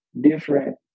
different